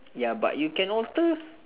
ya but you can alter